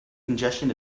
congestion